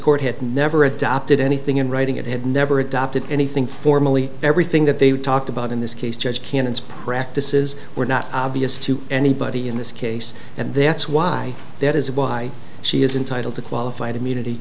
court had never adopted anything in writing it had never adopted anything formally everything that they've talked about in this case judge cannon's practices were not obvious to anybody in this case and that's why that is why she is entitled to qualified immunity